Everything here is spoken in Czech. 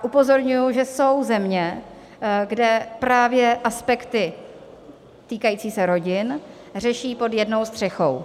Upozorňuji, že jsou země, kde právě aspekty týkající se rodin řeší pod jednou střechou.